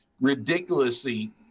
ridiculously